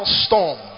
storm